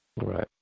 Right